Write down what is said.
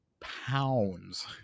pounds